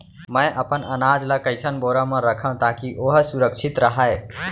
मैं अपन अनाज ला कइसन बोरा म रखव ताकी ओहा सुरक्षित राहय?